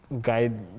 guide